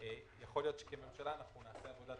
יכול להיות שכממשלה אנחנו נעשה עבודת